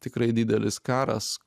tikrai didelis karas